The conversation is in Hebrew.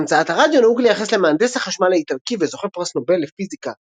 את המצאת הרדיו נהוג לייחס למהנדס החשמל האיטלקי וזוכה פרס נובל לפיזיקה